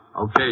Okay